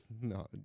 No